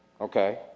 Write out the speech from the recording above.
Okay